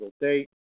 date